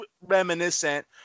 reminiscent